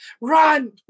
run